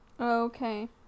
Okay